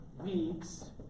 weeks